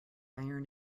iron